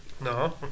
No